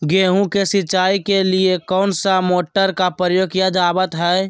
गेहूं के सिंचाई के लिए कौन सा मोटर का प्रयोग किया जावत है?